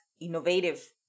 innovative